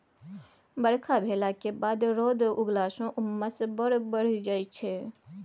बरखा भेलाक बाद रौद उगलाँ सँ उम्मस बड़ बढ़ि जाइ छै